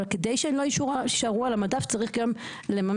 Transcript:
אבל כדי שהן לא יישארו על המדף צריך גם לממש.